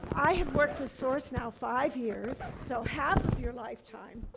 i have worked for source now five years, so half of your lifetime,